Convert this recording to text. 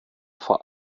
vor